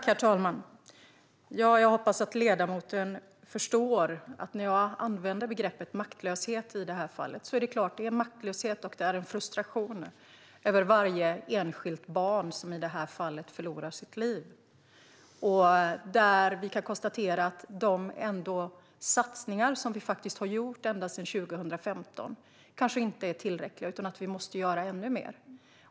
Herr talman! Jag hoppas att ledamoten förstår att när jag använder begreppet maktlöshet är det fråga om en maktlöshet och frustration över varje enskilt barn som i det här fallet förlorar sitt liv. De satsningar som faktiskt har gjorts sedan 2015 är kanske inte tillräckliga, utan vi måste göra ännu mer.